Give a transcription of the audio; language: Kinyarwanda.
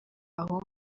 aho